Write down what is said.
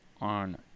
on